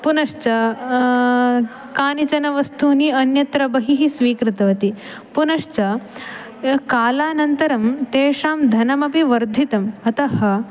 पुनश्च कानिचन वस्तूनि अन्यत्र बहिः स्वीकृतवती पुनश्च कालानन्तरं तेषां धनमपि वर्धितम् अतः